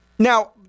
Now